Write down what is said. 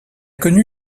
connu